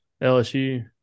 LSU